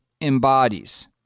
embodies